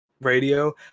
radio